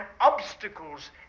obstacles